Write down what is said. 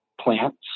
plants